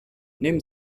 nehmen